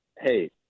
hey